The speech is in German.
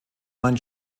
man